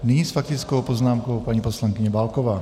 Nyní s faktickou poznámkou paní poslankyně Válková.